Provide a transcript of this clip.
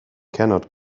cannot